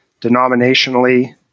denominationally